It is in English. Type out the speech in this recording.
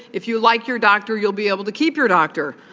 if you like your doctor, you'll be able to keep your doctor.